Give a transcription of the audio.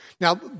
Now